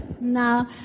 Now